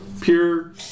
Pure